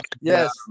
Yes